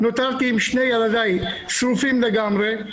נותרתי עם שני ילדיי שרופים לגמרי,